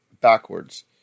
backwards